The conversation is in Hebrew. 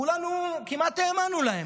כולנו כמעט האמנו להם.